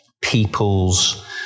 people's